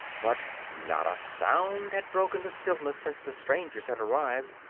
but not a sound had broken the stillness since the strangers had arrived,